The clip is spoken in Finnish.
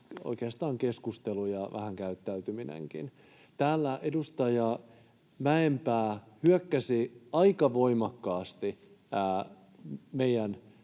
oikeastaan vähän ‑käyttäytyminenkin. Täällä edustaja Mäenpää hyökkäsi aika voimakkaasti meidän